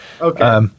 Okay